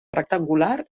rectangular